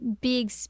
big